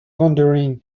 wondering